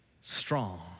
strong